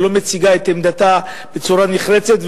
ולא מציגה את עמדתה בצורה נחרצת.